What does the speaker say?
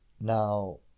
Now